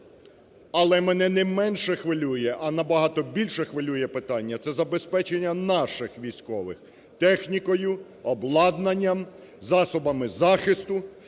Але мене не менше хвилює, а набагато більше хвилює питання, це забезпечення наших військових: технікою, обладнанням, засобами захисту.